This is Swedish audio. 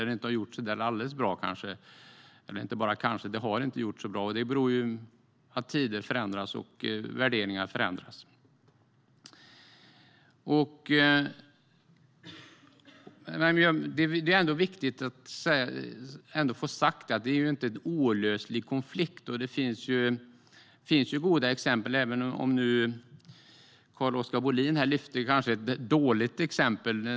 Det har inte alltid gjorts så där alldeles bra, och det beror på att tider och värderingar förändras. Det är ändå viktigt att få sagt att detta inte är en olöslig konflikt. Det finns goda exempel, även om Carl-Oskar Bohlin kanske lyfte upp ett dåligt exempel.